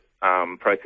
process